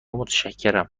متشکرم